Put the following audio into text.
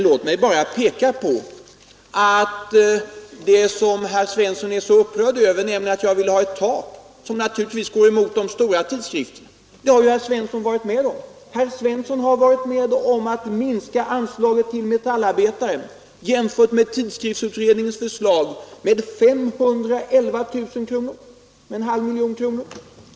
Låt mig bara peka på att det som herr Svensson är så upprörd över är att jag vill ha ett tak — vilket naturligtvis går emot de stora tidskrifterna — men det har ju herr Svensson varit med om att besluta. Herr Svensson har själv varit med om att minska anslaget till tidskriften Metallarbetaren jämfört med tidskriftsutredningens förslag med ungefär en halv miljon kronor.